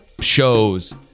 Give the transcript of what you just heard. shows